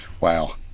Wow